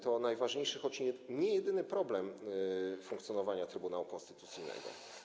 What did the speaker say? To najważniejszy, choć nie jedyny problem funkcjonowania Trybunału Konstytucyjnego.